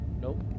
Nope